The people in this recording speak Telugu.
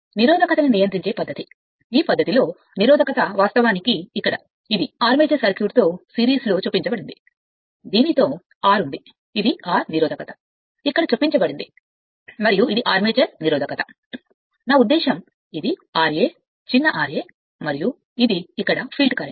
నిరోధకత ని నియంత్రించే పద్దతి ఈ పద్ధతిలో నిరోధకత వాస్తవానికి ఇక్కడ ఇది ఆర్మేచర్ సర్క్యూట్తో సిరీస్లో చొప్పించబడింది దీనితో R ఉంది ఇది Rనిరోధకత ఇక్కడ చొప్పించబడింది మరియు ఆర్మేచర్ నిరోధకత నా ఉద్దేశ్యం ఇది ra చిన్న ra మరియు ఇది ఇక్కడ ఫీల్డ్ కరెంట్